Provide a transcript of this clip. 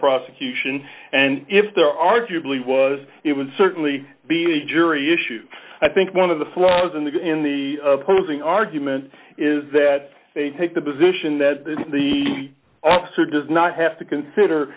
prosecution and if there arguably was it would certainly be a jury issue i think one of the flaws in the in the opposing argument is that they take the position that the officer does not have to consider